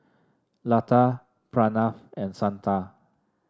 Lata Pranav and Santha